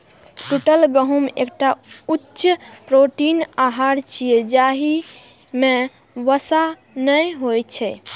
टूटल गहूम एकटा उच्च प्रोटीन आहार छियै, जाहि मे वसा नै होइ छै